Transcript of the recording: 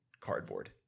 cardboard